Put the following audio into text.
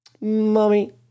Mommy